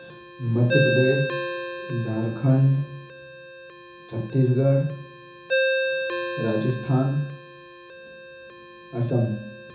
Madhya Pradesh Jharkhand Chhattisgarh Rajasthan Assam